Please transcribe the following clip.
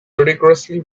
ludicrously